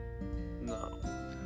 No